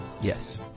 Yes